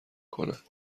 کنند